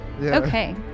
Okay